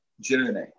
journey